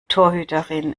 torhüterin